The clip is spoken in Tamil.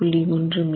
1 மீட்டர்